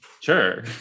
Sure